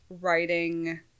writing